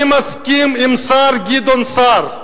אני מסכים עם השר גדעון סער.